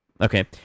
Okay